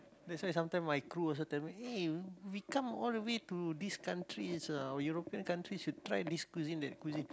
that's why sometime my crew also tell me eh we come all the way to these countries uh European countries you try this cuisine that cuisine